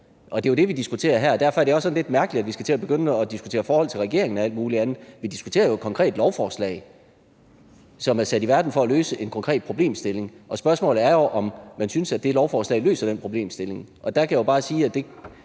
Det er jo det, vi diskuterer her, og derfor er der også sådan lidt mærkeligt, at vi skal til at begynde at diskutere forholdet til regeringen og alt muligt andet. Vi diskuterer jo et konkret lovforslag, som er sat i verden for at løse en konkret problemstilling, og spørgsmålet er jo, om man synes, at det lovforslag løser den problemstilling. Og der kan jeg jo bare sige fra